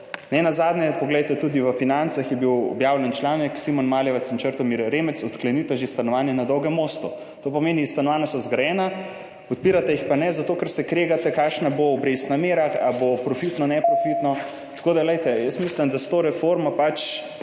Nenazadnje, poglejte, tudi v Financah je bil objavljen članek »Simon Maljevac in Črtomir Remec, odklenita že stanovanja na Dolgem mostu«. To pomeni, stanovanja so zgrajena, podpirate jih pa ne, zato ker se kregate, kakšna bo obrestna mera, ali bo profitno ali neprofitno. Glejte, jaz mislim, da s to reformo pač